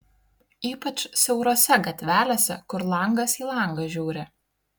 ypač siaurose gatvelėse kur langas į langą žiūri